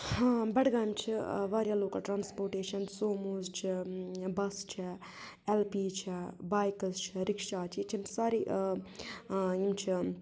ہاں بَڈگامہِ چھِ واریاہ لوکَل ٹرٛانسپوٹیشَن سوموز چھےٚ بَس چھےٚ ایل پی چھےٚ بایکٕز چھےٚ رِکشا چھِ ییٚتہِ چھِ یِم سارے یِم چھِ